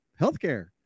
healthcare